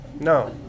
No